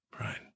Right